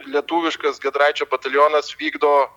lietuviškas giedraičio batalionas vykdo